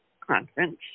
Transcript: conference